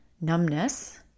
numbness